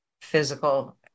physical